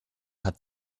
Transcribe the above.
hat